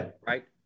Right